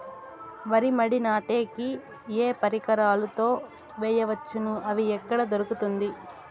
వరి మడి నాటే కి ఏ పరికరాలు తో వేయవచ్చును అవి ఎక్కడ దొరుకుతుంది?